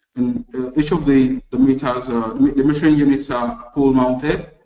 in each of the the meters ah the metering units are pole-mounted.